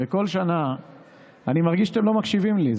אני מרגיש שאתם לא מקשיבים לי,